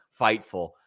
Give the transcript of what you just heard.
Fightful